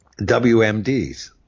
WMDs